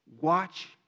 watch